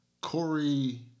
Corey